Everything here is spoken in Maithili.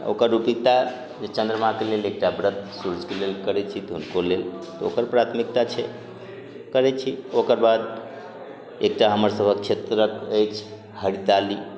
ओकर रूपिकता जे चन्द्रमाके लेल एकटा व्रत सूर्यके लेल करय छी हुनको लेल तऽ ओकर प्राथमिकता छै करय छी ओकर बाद एकटा हमरसभक क्षेत्रक अछि हरिताली